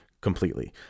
completely